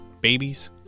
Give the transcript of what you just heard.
Babies